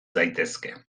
daitezke